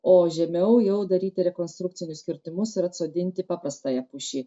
o žemiau jau daryti rekonstrukcinius kirtimus ir atsodinti paprastąją pušį